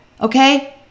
Okay